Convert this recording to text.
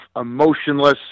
emotionless